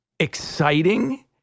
exciting